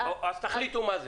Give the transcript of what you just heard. אז תחליטו מה זה.